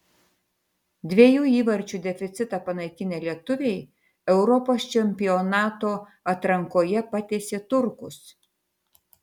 dviejų įvarčių deficitą panaikinę lietuviai europos čempionato atrankoje patiesė turkus